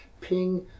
ping